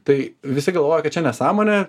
tai visi galvoja kad čia nesąmonė